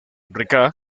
rika